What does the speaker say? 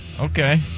Okay